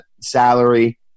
salary